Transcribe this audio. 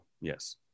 Yes